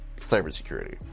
cybersecurity